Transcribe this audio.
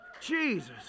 Jesus